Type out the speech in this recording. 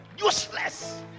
useless